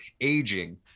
aging